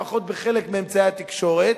לפחות בחלק מאמצעי התקשורת.